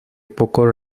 poco